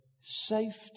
safety